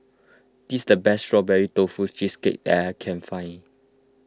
this is the best Strawberry Tofu Cheesecake that I can find